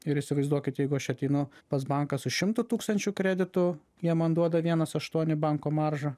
ir įsivaizduokit jeigu aš ateinu pas banką su šimtu tūkstančių kreditų jie man duoda vienas aštuoni banko maržą